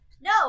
no